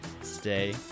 Stay